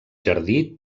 jardí